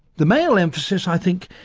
the male emphasis, i think,